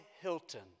Hilton